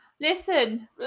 Listen